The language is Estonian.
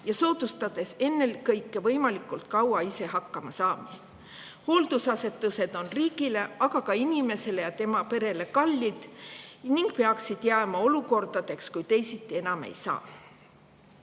ja soodustades ennekõike võimalikult kaua ise hakkama saamist. Hooldusasutused on riigile, aga ka [eakale] ja tema perele kallid ning peaksid jääma olukorraks, kui teisiti enam ei saa.